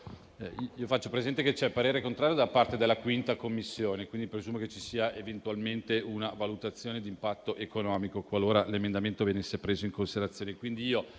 faccio presente che c'è un parere contrario da parte della 5a Commissione. Presumo che ci sia quindi una valutazione di impatto economico, qualora l'emendamento venisse preso in considerazione.